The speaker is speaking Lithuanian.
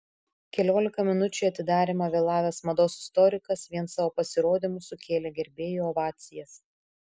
keliolika minučių į atidarymą vėlavęs mados istorikas vien savo pasirodymu sukėlė gerbėjų ovacijas